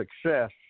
success